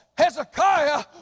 Hezekiah